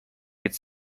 with